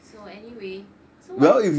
so anyway so what